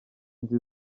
inzu